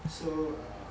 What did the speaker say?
so err